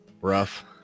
Rough